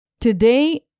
Today